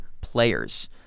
players